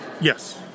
Yes